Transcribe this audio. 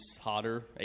hotter